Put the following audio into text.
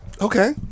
okay